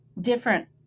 different